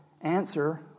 answer